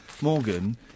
Morgan